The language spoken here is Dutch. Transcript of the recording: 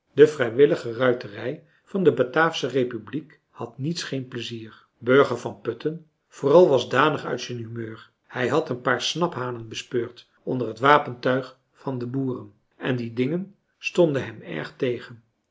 de vrijwillige ruiterij van de bataafsche republiek had niets geen pleizier burger van putten vooral was danig uit zijn humeur hij had een paar snaphanen bespeurd onder het wapentuig van de boeren en die dingen stonden hem erg tegen